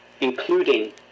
including